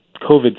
COVID